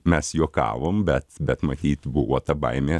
mes juokavom bet bet matyt buvo ta baimė